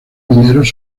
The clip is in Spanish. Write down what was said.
mineros